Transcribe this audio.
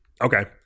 Okay